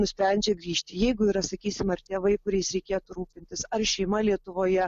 nusprendžia grįžti jeigu yra sakysim ar tėvai kuriais reikėtų rūpintis ar šeima lietuvoje